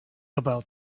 about